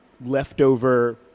leftover